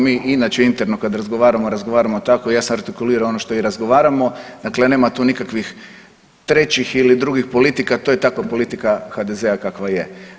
Mi inače interno kad razgovaramo, razgovaramo tako, ja sam artikulirao ono što i razgovaramo, dakle nema tu nikakvih trećih ili drugih politika, to je takva politika HDZ-a kakva je.